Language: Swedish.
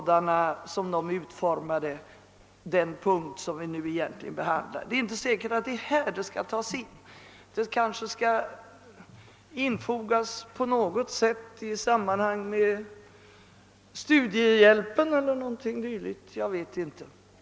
Det är kanske inte i detta sammanhang frågan skall lösas, utan den bör måhända infogas på något sätt i samband med studiehjälpen eller liknande.